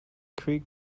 creek